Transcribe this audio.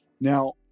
now